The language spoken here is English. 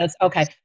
okay